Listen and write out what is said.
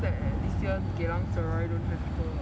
quite sad eh this year geylang serai don't have the